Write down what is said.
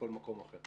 מקום אחר.